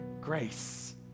grace